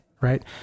right